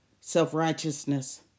self-righteousness